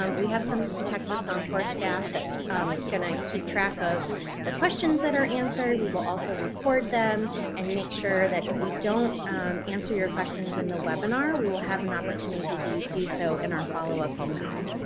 um we have some texas oncourse staff that's going to keep track of the questions that are answered. we will also record them and make sure that if we don't answer your questions in the webinar, we will have an opportunity to do do so in our follow-up email.